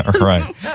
Right